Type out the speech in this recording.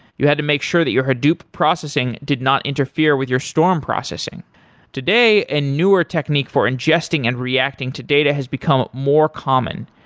you had to make sure that your hadoop processing did not interfere with your storm processing today, a and newer technique for ingesting and reacting to data has become more common.